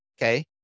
okay